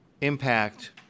impact